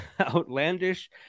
outlandish